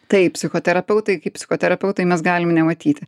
taip psichoterapeutai kaip psichoterapeutai mes galim nematyti